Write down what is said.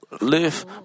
live